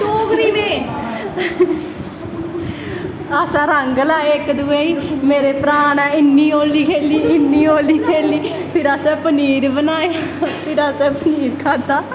असैं रंग लाए इक दूए मेरे भ्राह् नै इन्नी होली खेल्ली इन्नी होली खेल्ली फिर असैं पनीर बनाया पनीर खाद्धा